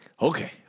Okay